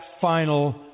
final